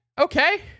Okay